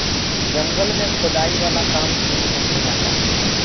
जंगल में खोदाई वाला काम शुरू होखे जाता